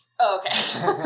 Okay